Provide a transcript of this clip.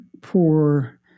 poor